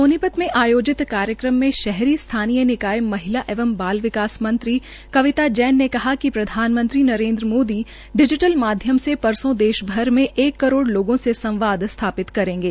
सोनीपत में आयोजित कार्यक्रम में शहरी स्थानीय निकाय महिला एवं बाल महिला मंत्री कविता जैन ने कहा है कि प्रधानमंत्रीनरेन्द्र मोदी डिजीटल माध्यम से परसों देश भर में एक करोड़ लोगों से संवाद स्थापित करेंगे